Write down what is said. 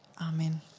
Amen